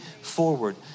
forward